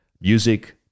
music